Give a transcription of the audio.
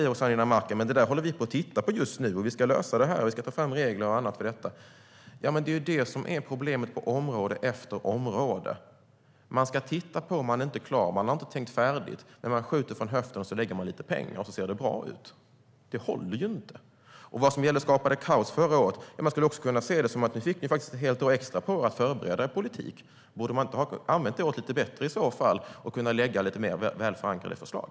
Rossana Dinamarca säger att de tittar på det just nu och ska lösa det och ta fram regler och annat för det. Det är det som är problemet på område efter område. Man ska titta på, man är inte klar och man har inte tänkt färdigt. Men man skjuter från höften och lägger lite pengar så att det ser bra ut. Det håller inte. När det gäller vad som skapade kaos förra året skulle det också kunna ses som att ni faktiskt fick ett helt år extra på er att förbereda er politik. Borde ni inte ha använt det året lite bättre i så fall för att kunna lägga fram lite mer väl förankrade förslag?